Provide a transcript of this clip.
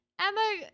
Emma